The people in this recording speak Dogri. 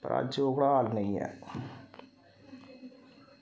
पर अज्ज ओह्कड़ा हाल नेईं ऐ